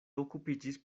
okupiĝis